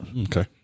Okay